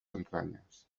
entranyes